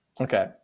Okay